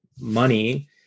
money